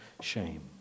shame